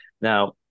Now